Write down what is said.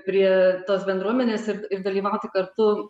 prie tos bendruomenės ir ir dalyvauti kartu